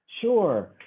sure